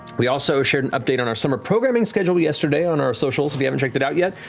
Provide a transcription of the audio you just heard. we also shared an update on our summer programming schedule yesterday on our socials if you haven't checked it out yet.